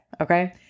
Okay